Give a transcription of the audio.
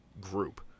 group